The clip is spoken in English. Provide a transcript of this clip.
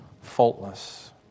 faultless